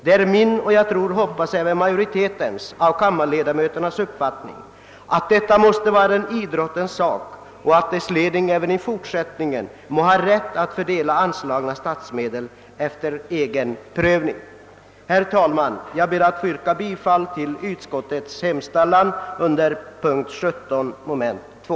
Det är min uppfattning — och jag hoppas att den delas av majoriteten av kammarledamöterna — att detta skall vara en idrottens sak och att idrottens ledning även i fortsättningen må ha rätt att fördela anslagna statsmedel efter egen prövning. Herr talman! Jag ber att få yrka bifall till utskottets hemställan under punkt 17, mom. 2.